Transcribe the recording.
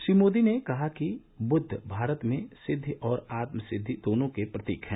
श्री मोदी ने कहा कि बुद्ध भारत में सिद्दि और आत्म सिद्दि दोनों के प्रतीक हैं